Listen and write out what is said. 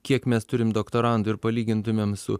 kiek mes turim doktorantų ir palygintumėm su